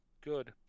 good